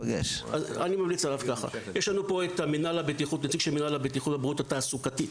יש לנו פה את מינהל הבטיחות --- של מינהל בטיחות והבריאות התעסוקתית.